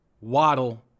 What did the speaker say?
Waddle